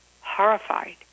horrified